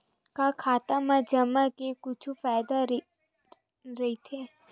का खाता मा जमा के कुछु फ़ायदा राइथे?